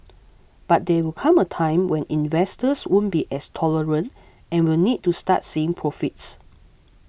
but there will come a time when investors won't be as tolerant and will need to start seeing profits